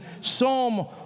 Psalm